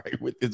right